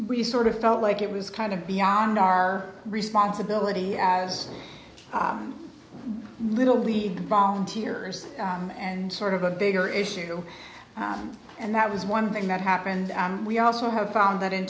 we sort of felt like it was kind of beyond our responsibility as little league volunteers and sort of a bigger issue and that was one thing that happened and we also have found that in